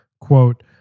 quote